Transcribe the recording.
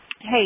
Hey